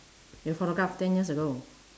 your photograph ten years ago